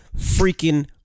freaking